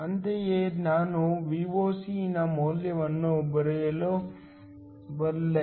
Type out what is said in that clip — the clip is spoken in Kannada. ಅಂತೆಯೇ ನಾನು Voc ನ ಮೌಲ್ಯವನ್ನು ಬರೆಯಬಲ್ಲೆ